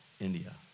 India